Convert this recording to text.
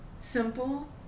simple